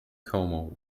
como